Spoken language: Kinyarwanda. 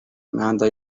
imihanda